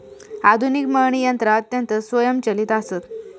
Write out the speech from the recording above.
आधुनिक मळणी यंत्रा अत्यंत स्वयंचलित आसत